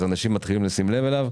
אנשים מתחילים לשים לב אליו,